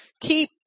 keep